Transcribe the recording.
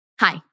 Hi